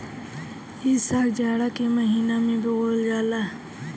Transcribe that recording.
इ साग जाड़ा के महिना में बोअल जाला